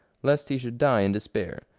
lest he should die in despair,